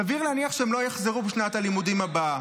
סביר להניח שלא יחזרו בשנת הלימודים הבאה.